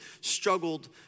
struggled